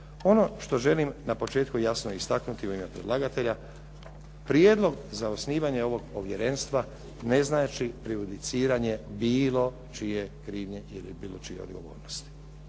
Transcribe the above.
Ono što želim na početku jasno istaknuti u ime predlagatelja, prijedlog za osnivanje ovog povjerenstva ne znači prejudiciranje bilo čije krivnje ili bilo čije odgovornosti.